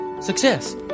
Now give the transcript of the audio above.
success